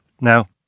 Now